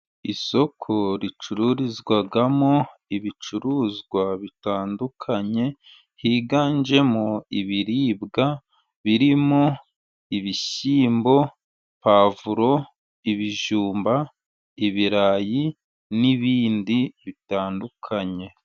Isoko ricururizwamo ibicuruzwa bitandukanye higanjemo ibiribwa birimo ibishyiyimbo, pavuro ibijumba ibirayi, n'ibindi bitandukanye.